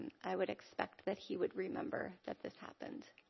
i would expect that he would remember that this happened.